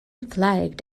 flagged